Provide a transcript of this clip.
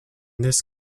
this